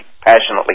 passionately